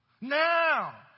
Now